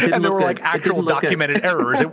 and there were like actual documented errors.